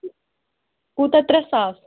کوٗتاہ ترٛےٚ ساس